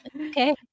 Okay